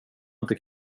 inte